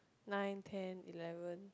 nine ten eleven